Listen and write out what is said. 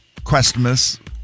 Questmas